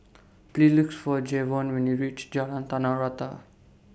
Please Look For Jevon when YOU REACH Jalan Tanah Rata